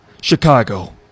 Chicago